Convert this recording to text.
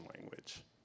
language